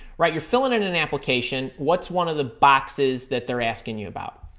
right? you're filling in an application. what's one of the boxes that they're asking you about?